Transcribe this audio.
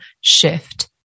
shift